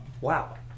Wow